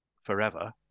forever